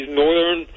northern